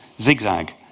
zigzag